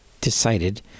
decided